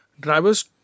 drivers